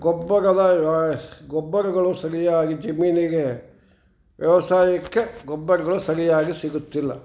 ಗೊಬ್ಬರದ ಗೊಬ್ಬರಗಳು ಸರಿಯಾಗಿ ಜಮೀನಿಗೆ ವ್ಯವಸಾಯಕ್ಕೆ ಗೊಬ್ಬರಗಳು ಸರಿಯಾಗಿ ಸಿಗುತ್ತಿಲ್ಲ